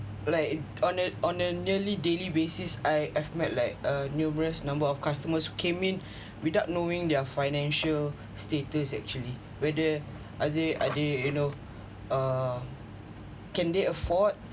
like on an on a nearly daily basis I I've met like a numerous number of customers came in without knowing their financial status actually whether are they are they you know uh can they afford